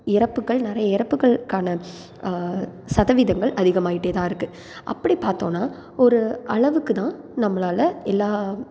இறப்புகள் நிறைய இறப்புகள்க்கான சதவீதங்கள் அதிகமாகிட்டு தான் இருக்குது அப்படி பார்த்தோம்னா ஒரு அளவுக்கு தான் நம்மளால் எல்லா